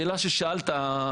שאלה ששאלת,